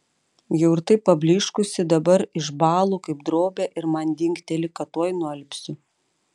jau ir taip pablyškusi dabar išbąlu kaip drobė ir man dingteli kad tuoj nualpsiu